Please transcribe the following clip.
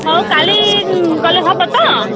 ହଉ କାଲି ଗଲେ ହେବ ତ